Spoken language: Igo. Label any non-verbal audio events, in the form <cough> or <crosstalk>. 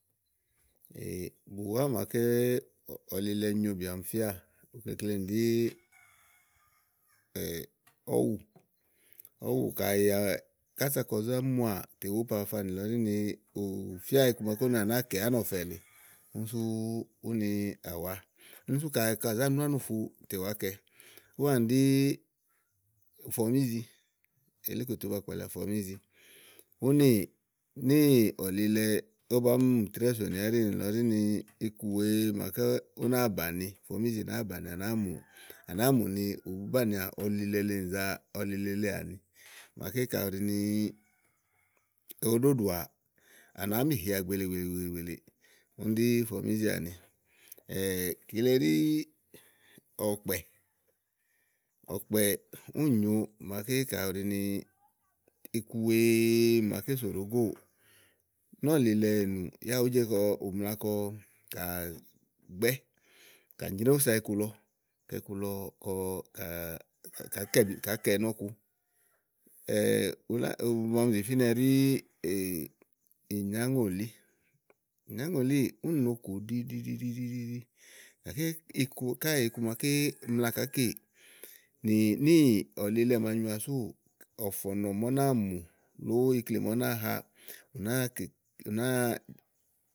<hesitation> bùwá màaké ɔlilɛ nyobìà ɔmi fíà. uklenì ɖí <noise> <hesitation> ɔ̀wù, ɔ̀wù kayi kása kɔ zá muà tè wòó po afafa nìlɔ ɖí mi ù fía iku màa úni wa nàáa kè ánɔ̀fɛ lèe úni sú úni àwa úni sú kayi kà zánu ánùfu tè wàá kɛ úwaanì ɖí fɔmízì elíkòtè ówó ba kpalíà fɔmízì únì níì ɔ̀lilɛ, ówó baáá mi trɛ̀ɛ́ɛ sònìà áɖì níìlɔ ɖí ni iku wèe màaké ú náa bàni fɔmìzì nàáa bàni à nàáa mù à nàáa a mù ni ùú banìià ɔlilɛ le nìzà, ɔlilɛ àni màaké kayi ù ɖi ni òó ɖoɖòà, à nàáá mi hìà gbèele gbèele gbèele, úni ɖi fɔmízì àni <hesitation> kile ɖí ɔkpɛ̀ <noise> ɔ̀kpɛ̀ ùni nyòo màaké kayi ù ɖi ni ikuwèe màaké sò ɖòo gòo nɔ́ɔ̀lilɛ ènù yá ùú je kɔ, ù mla kɔ kà gbɛ̀ kà nyró úsa iku lɔ kɔ iku lɔ kɔ <noise> <hesitation> ulánì màa ɔmi zì fínɛ ɖi <hesitation> ìnyàŋòlí, ìnyáŋòlíì únì nòo kù ɖiɖiɖiɖi gàké iku káèè iku màaké mla kàá kè nì níì ɔlilɛ màa nyoà súù ɔ̀fɔ̀nɔ̀ màa ú náa mù blɛ̀ɛ ikle màa ú náa ha tè ù nàáa.